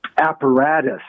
apparatus